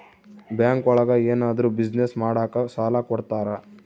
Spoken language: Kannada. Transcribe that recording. ಬ್ಯಾಂಕ್ ಒಳಗ ಏನಾದ್ರೂ ಬಿಸ್ನೆಸ್ ಮಾಡಾಕ ಸಾಲ ಕೊಡ್ತಾರ